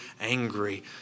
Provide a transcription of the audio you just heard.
angry